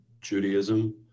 Judaism